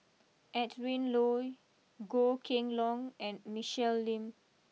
Adrin Loi Goh Kheng long and Michelle Lim